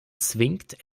zwingt